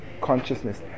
consciousness